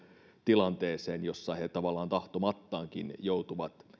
tilanteeseen jossa he tavallaan tahtomattaankin joutuvat